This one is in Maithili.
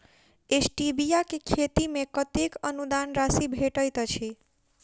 स्टीबिया केँ खेती मे कतेक अनुदान राशि भेटैत अछि?